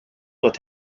doit